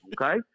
okay